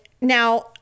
now